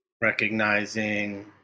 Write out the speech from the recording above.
recognizing